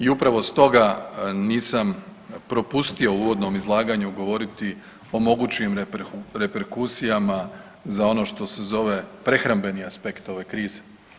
I upravo stoga nisam propustio u uvodnom izlaganju govoriti o mogućim reperkusijama za ono što se zove prehrambeni aspekt ove krize.